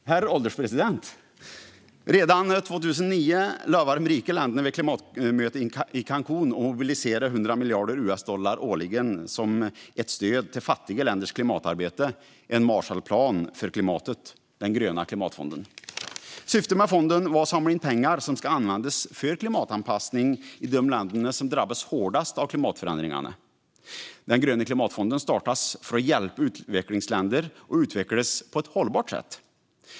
Herr ålderspresident! Redan 2009 lovade de rika länderna vid klimatmötet i Cancún att mobilisera 100 miljarder US-dollar årligen som ett stöd till fattiga länders klimatarbete, en Marshallplan för klimatet, den gröna klimatfonden. Syftet med fonden var att samla in pengar som ska användas för klimatanpassning i de länder som drabbas hårdast av klimatförändringarna. Den gröna klimatfonden startades för att hjälpa utvecklingsländer att utvecklas på ett hållbart sätt.